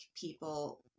people